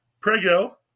prego